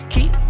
Keep